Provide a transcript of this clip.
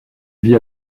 vit